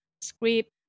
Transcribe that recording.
script